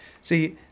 See